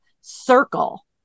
Circle